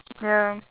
ya